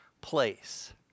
place